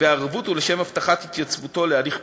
בערבות ולשם הבטחת התייצבותו להליך הפלילי.